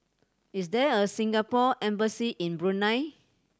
is there a Singapore Embassy in Brunei